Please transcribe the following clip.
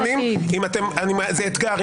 לערוץ הכנסת לכל מי שאתם רוצים אם אני הצלחתי לדבר